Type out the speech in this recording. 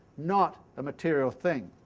not a material thing.